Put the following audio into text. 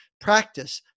Practice